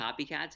copycats